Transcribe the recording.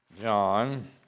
John